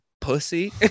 pussy